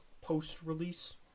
post-release